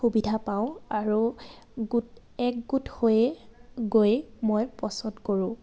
সুবিধা পাওঁ আৰু একগোট হৈয়ে গৈ মই পচন্দ কৰোঁ